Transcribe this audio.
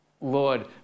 Lord